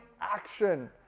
action